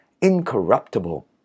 incorruptible